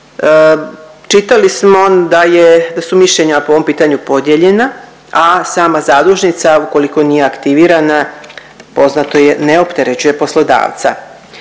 Čitali smo da su mišljenja po ovim pitanju podijeljena, a sama zadužnica ukoliko nije aktivirana poznato je ne opterećuje poslodavca.